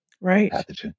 Right